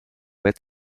red